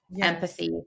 empathy